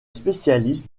spécialiste